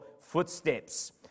footsteps